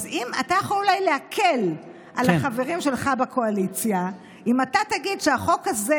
אתה יכול אולי להקל על החברים שלך בקואליציה אם אתה תגיד שהחוק הזה,